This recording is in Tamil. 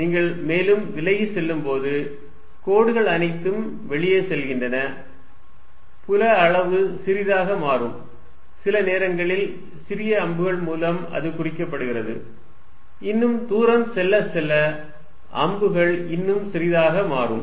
நீங்கள் மேலும் விலகிச் செல்லும்போது கோடுகள் அனைத்தும் வெளியே செல்கின்றன புல அளவு சிறியதாக மாறும் சில நேரங்களில் சிறிய அம்புகள் மூலம் அது குறிக்கப்படுகிறது இன்னும் தூரம் செல்ல செல்ல அம்புகள் இன்னும் சிறியதாக மாறும்